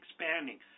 expanding